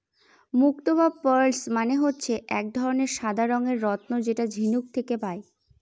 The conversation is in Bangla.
মুক্ত বা পার্লস মানে হচ্ছে এক ধরনের সাদা রঙের রত্ন যেটা ঝিনুক থেকে পায়